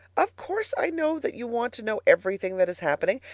of course i know that you want to know everything that is happening,